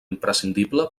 imprescindible